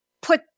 put